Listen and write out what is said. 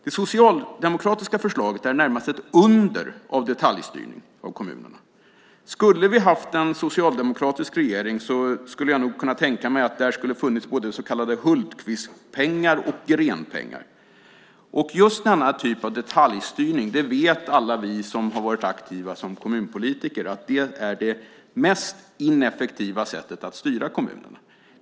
Det socialdemokratiska förslaget är närmast ett under av detaljstyrning av kommunerna. Om vi hade haft en socialdemokratisk regering skulle jag kunna tänka mig att det där skulle ha funnits både så kallade Hultqvistpengar och Greenpengar. Just denna typ av detaljstyrning är det mest ineffektiva sättet att styra kommunerna. Det vet alla vi som har varit aktiva som kommunpolitiker.